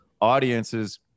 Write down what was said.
audiences